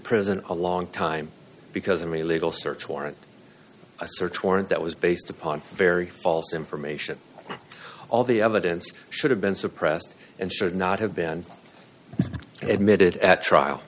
prison a long time because i'm a legal search warrant a search warrant that was based upon very false information all the evidence should have been suppressed and should not have been admitted at trial